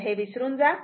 तर हे विसरून जा